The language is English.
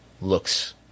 looks